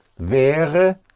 wäre